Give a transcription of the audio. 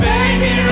Baby